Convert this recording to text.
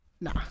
Nah